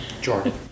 Jordan